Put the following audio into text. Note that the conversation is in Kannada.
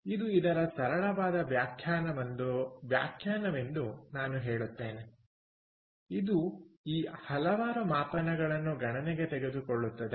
ಇದು ಇದರ ಸರಳವಾದ ವ್ಯಾಖ್ಯಾನವೆಂದು ನಾನು ಹೇಳುತ್ತೇನೆ ಇದು ಈ ಹಲವಾರು ಮಾಪನಗಳನ್ನು ಗಣನೆಗೆ ತೆಗೆದುಕೊಳ್ಳುತ್ತದೆ